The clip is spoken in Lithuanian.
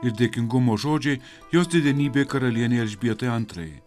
ir dėkingumo žodžiai jos didenybei karalienei elžbietai antrajai